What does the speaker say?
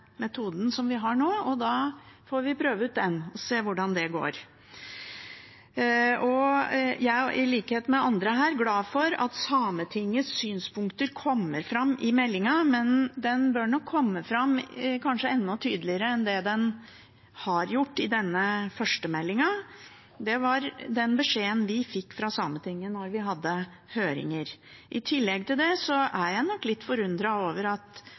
metoden som vi har nå, og da får vi prøve ut den og se hvordan det går. Jeg er, i likhet med andre her, glad for at Sametingets synspunkter kommer fram i meldingen, men de burde nok komme fram enda tydeligere enn det de har gjort i denne første meldingen. Det var den beskjeden vi fikk fra Sametinget da vi hadde høringer. I tillegg er jeg nok litt forundret over at